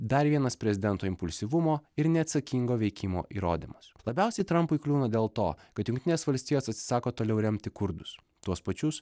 dar vienas prezidento impulsyvumo ir neatsakingo veikimo įrodymas labiausiai trampui kliūna dėl to kad jungtinės valstijos atsisako toliau remti kurdus tuos pačius